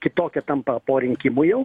kitokie tampa po rinkimų jau